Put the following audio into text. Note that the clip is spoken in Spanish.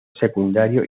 secundario